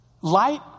Light